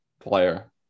player